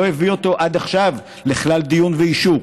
הביא אותו עד עכשיו לכלל דיון ואישור,